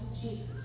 Jesus